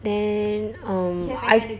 then um I